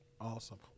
Awesome